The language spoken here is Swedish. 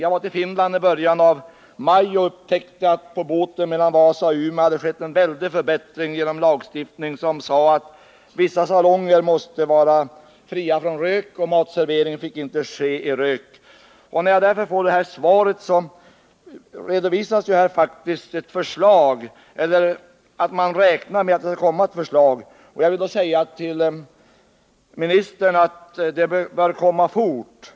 Jag reste till Finland i början av maj och upptäckte då att det på båten mellan Vasa och Umeå hade skett en väldig förbättring på grund av den lagstiftning som föreskriver att vissa salonger måste vara fria från rök och att matservering icke tår ske i rökiga lokaler. I det svar som jag nu fått redovisas att man räknar med att det skall komma ett förslag. Jag vill då säga till ministern att det bör komma fort.